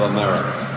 America